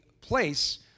place